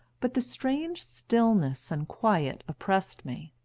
but the strange stillness and quiet oppressed me,